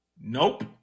Nope